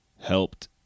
helped